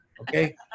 Okay